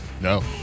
No